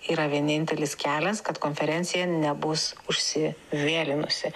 yra vienintelis kelias kad konferencija nebus užsivėlinusi